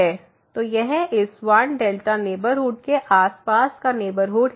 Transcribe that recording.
तो यह इस 1 नेबरहुड के आसपास का नेबरहुड है